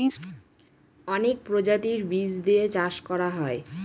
অনেক প্রজাতির বীজ দিয়ে চাষ করা হয়